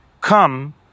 come